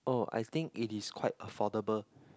uh I think it is quite affordable